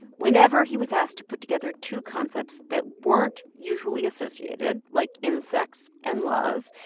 whenever he was asked to put together two concepts that weren't usually associated like insects and love,